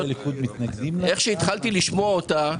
איך שהתחלתי לשמוע אותה,